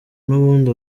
n’ubundi